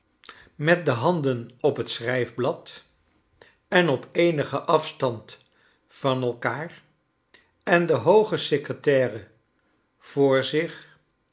met de handen op het schrijfblad en op eenigen afstand van eikaar en de hooge secretaire voor zich